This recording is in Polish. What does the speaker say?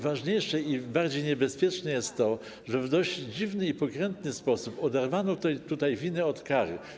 Ważniejsze i bardziej niebezpieczne jest to, że w dość dziwny i pokrętny sposób oderwano winę od kary.